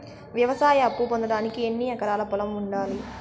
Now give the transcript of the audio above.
వ్యవసాయ అప్పు పొందడానికి ఎన్ని ఎకరాల పొలం ఉండాలి?